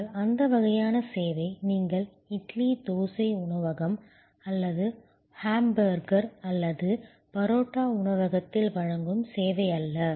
ஆனால் அந்த வகையான சேவை நீங்கள் இட்லி தோசை உணவகம் அல்லது ஹாம்பர்கர் அல்லது பரோட்டா உணவகத்தில் வழங்கும் சேவை அல்ல